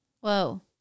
Whoa